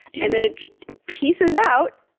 and then it peaces out,